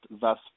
thus